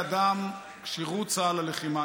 כשירות צה"ל ללחימה,